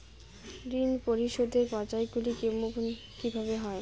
ঋণ পরিশোধের পর্যায়গুলি কেমন কিভাবে হয়?